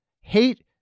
hate